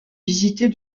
visitée